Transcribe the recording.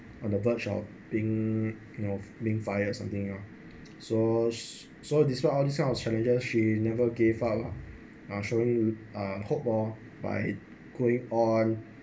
on the verge of being you know being fired or something you know so so despite all this kind of challenges she never gave up lor showing uh showing hope lor by going on